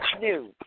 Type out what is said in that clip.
new